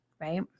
Right